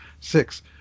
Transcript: six